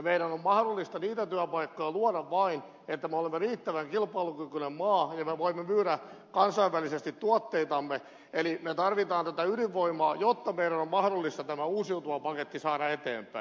meidän on mahdollista niitä työpaikkoja luoda vain jos me olemme riittävän kilpailukykyinen maa ja me voimme myydä kansainvälisesti tuotteitamme eli me tarvitsemme ydinvoimaa jotta meidän on mahdollista tämä uusiutuvien paketti saada eteenpäin